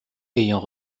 ayant